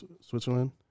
Switzerland